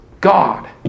God